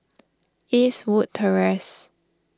Eastwood Terrace